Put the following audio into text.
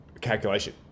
calculation